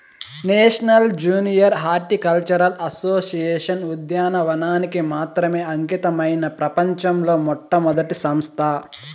national junior horticultural association ఉద్యానవనానికి మాత్రమే అంకితమైన ప్రపంచంలో మొట్టమొదటి సంస్థ